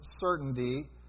certainty